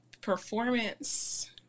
performance